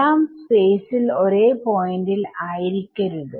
എല്ലാം സ്പേസിൽ ഒരേ പോയിന്റിൽ ആയിരിക്കാരുത്